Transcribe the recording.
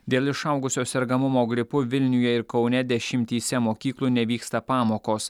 dėl išaugusio sergamumo gripu vilniuje ir kaune dešimtyse mokyklų nevyksta pamokos